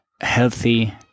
healthy